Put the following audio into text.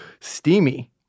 Steamy